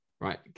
Right